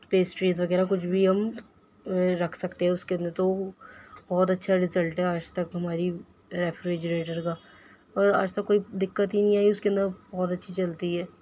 pastries وغیرہ کچھ بھی ہم رکھ سکتے ہیں اُس کے اندر تو بہت اچھا رزلٹ ہے آج تک تماری ریفریجریٹر کا اور آج تک کوئی دقت ہی نہیں آئی اُس کے اندر بہت اچھی چلتی ہے